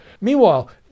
Meanwhile